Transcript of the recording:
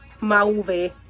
Mauve